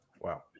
wow